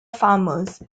farmers